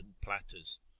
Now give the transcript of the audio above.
platters